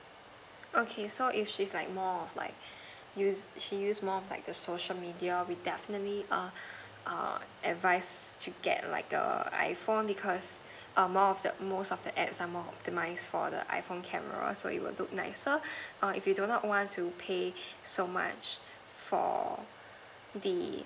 okay so if she's like more of like use she use more of like a social media we definitely err err advise to get like a iphone because err more of it err most of the app some more optimise for the iphone camera so it will look nicer err if you don't want to pay so much for the